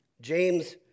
James